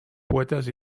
poetes